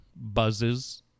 buzzes